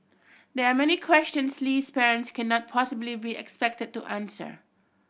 there are many questions Lee's parents cannot possibly be expected to answer